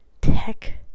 tech